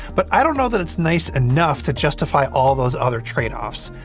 but, i don't know that it's nice enough to justify all those other trade-offs.